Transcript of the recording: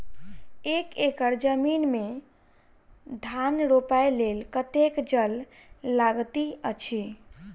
एक एकड़ जमीन मे धान रोपय लेल कतेक जल लागति अछि?